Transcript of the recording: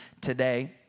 today